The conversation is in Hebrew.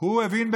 הוא הבין,